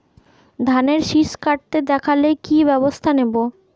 ধানের শিষ কাটতে দেখালে কি ব্যবস্থা নেব?